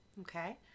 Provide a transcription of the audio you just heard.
Okay